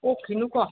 ꯑꯣꯛꯈꯤꯅꯨꯀꯣ